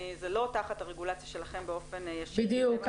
זה לא תחת הרגולציה שלכם באופן ישיר --- בדיוק.